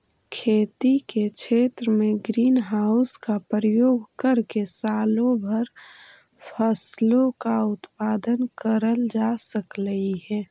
खेती के क्षेत्र में ग्रीन हाउस का प्रयोग करके सालों भर फसलों का उत्पादन करल जा सकलई हे